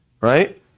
right